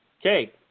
Okay